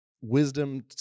wisdom